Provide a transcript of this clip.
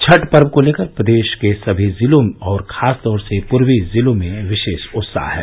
छठ पर्व को लेकर प्रदेश के सभी जिलों में खास तौर से पूर्वी जिलों में विशेष उत्साह है